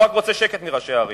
הוא רק רוצה שקט מראשי הערים.